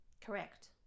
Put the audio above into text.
correct